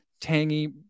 tangy